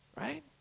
right